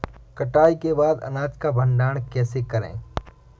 कटाई के बाद अनाज का भंडारण कैसे करें?